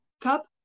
cup